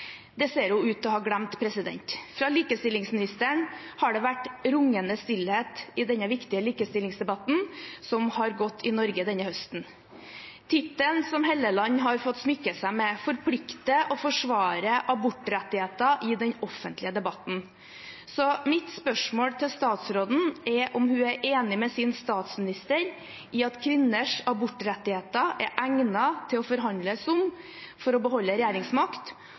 Det ser hun ut til å ha glemt. Fra likestillingsministeren har det vært rungende stillhet i den viktige likestillingsdebatten som har gått i Norge denne høsten. Tittelen som Hofstad Helleland har fått smykke seg med, forplikter henne til å forsvare abortrettigheter i den offentlige debatten. Mitt spørsmål til statsråden er: Er hun enig med sin statsminister i at kvinners abortrettigheter er egnet til å forhandles om for å beholde regjeringsmakt?